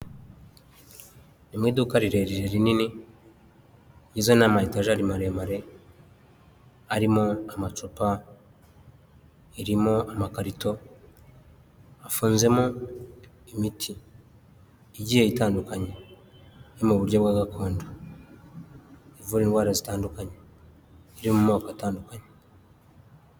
Ni mu iduka rirerire rinini igizwe n’ amatajari maremare arimo amacupa, irimo amakarito. Afunzemo imiti igiye itandukanye yo mu buryo bwa gakondo. Ivura indwara zitandukanye yo mu moko atandukanye.